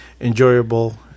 enjoyable